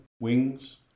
Wings